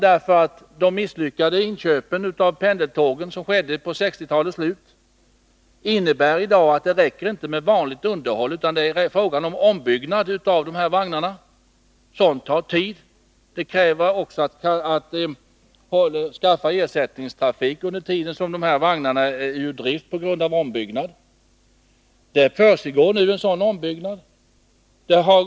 De misslyckade inköp av pendeltåg som skedde på 1960-talets slut innebär nämligen att det i dag inte räcker med vanligt underhåll, utan det är fråga om ombyggnad av vagnarna. Sådant tar tid, och det kräver också ersättningstrafik under den tid som vagnarna är ur drift på grund av ombyggnaden. Sådan ombyggnad försiggår nu.